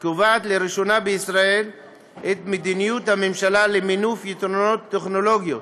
קובעת לראשונה בישראל את מדיניות הממשלה למינוף יתרונות טכנולוגיות